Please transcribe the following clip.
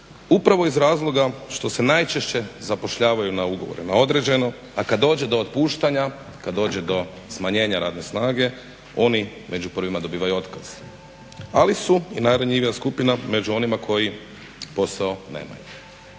upravo iz razloga što se najčešće zapošljavaju na ugovore na određeno, a kad dođe do otpuštanja, kad dođe do smanjenja radne snage oni među prvima dobivaju otkaz. Ali su i najranjivija skupina među onima koji posao nemaju.